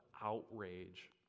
outrage